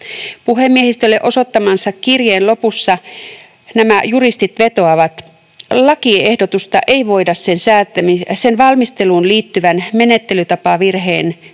Puhemiehistölle osoittamansa kirjeen lopussa nämä juristit vetoavat: ”Lakiehdotusta ei voida sen valmisteluun liittyvän menettelytapavirheen vuoksi